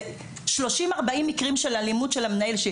30, 40 מקרים של אלימות של המנהל.